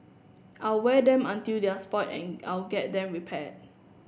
I'll wear them until they're spoilt and I'll get them repair